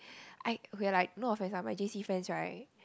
I okay like no offence ah my j_c friends right